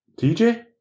TJ